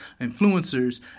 influencers